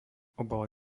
obal